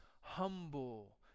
humble